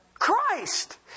Christ